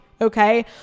okay